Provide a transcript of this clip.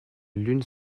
lune